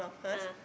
ah